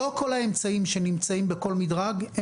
לא בכל האמצעים שנמצאים בכל מדרג הם